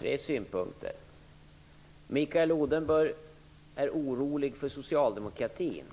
Herr talman! Mikael Odenberg är orolig för socialdemokratin.